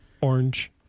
orange